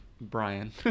Brian